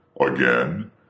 Again